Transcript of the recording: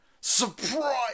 Surprise